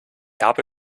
habe